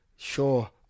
Sure